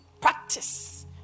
practice